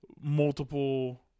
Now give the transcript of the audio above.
multiple